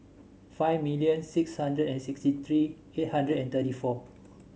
five million six hundred and sixty three eight hundred and thirty four